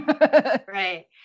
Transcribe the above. Right